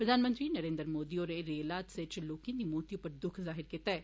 प्रधानमंत्री नरेन्द्र मोदी होरें रेल हादसे च लोकें दी मौती उप्पर दुख जाहिर कीता ऐ